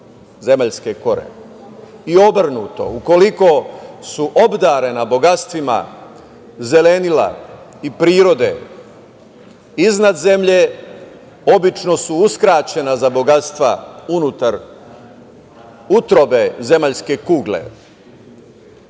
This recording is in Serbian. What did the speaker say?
i obrnuto,. Ukoliko su obdarena bogatstvima zelenila i prirode iznad zemlje, obično su uskraćena za bogatstva unutar utrobe zemaljske kugle.